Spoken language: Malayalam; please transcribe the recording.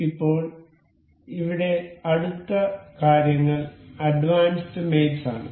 ഇപ്പോൾ ഇവിടെ അടുത്ത കാര്യങ്ങൾ അഡ്വാൻസ്ഡ് മേറ്റ്സ് ആണ്